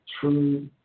true